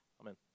Amen